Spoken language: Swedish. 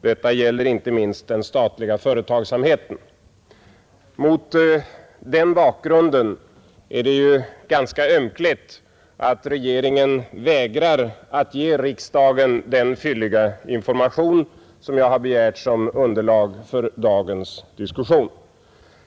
Detta gäller inte minst den statliga företagsamheten.” Mot den bakgrunden är det ju ganska ömkligt att regeringen vägrar att ge riksdagen den fylliga information som jag har begärt som underlag för dagens diskussion.